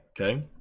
okay